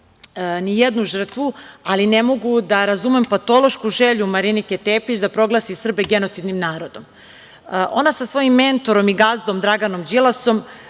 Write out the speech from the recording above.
ni jednu žrtvu, ali ne mogu da razumem patološku želju Marinike Tepić da proglasi Srbe genocidnim narodom. Ona sa svojim mentorom i gazdom Draganom Đilasom